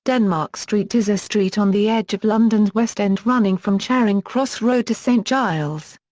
denmark street is a street on the edge of london's west end running from charing cross road to st giles.